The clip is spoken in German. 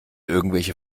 irgendwelche